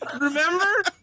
Remember